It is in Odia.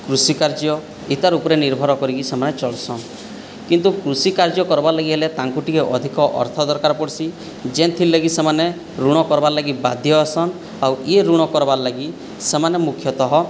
କୃଷିକାର୍ଯ୍ୟ ଏଇଟାର ଉପରେ ନିର୍ଭର କରିକି ସେମାନେ ଚଳୁସନ୍ କିନ୍ତୁ କୃଷି କାର୍ଯ୍ୟ କରିବାରଲାଗି ହେଲେ ତାଙ୍କୁ ଟିକିଏ ଅଧିକ ଅର୍ଥ ଦରକାର ପଡ଼୍ସି ଯେଉଁଥିର ଲାଗି ସେମାନେ ଋଣ କରିବାର ଲାଗି ବାଧ୍ୟ ହେଉସନ୍ ଆଉ ଏହି ଋଣ କରିବାର ଲାଗି ସେମାନେ ମୁଖ୍ୟତଃ